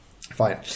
fine